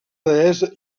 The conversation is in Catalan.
deessa